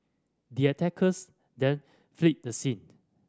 the attackers then fled the scene